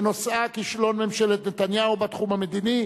שנושאה: כישלון ממשלת נתניהו בתחום המדיני,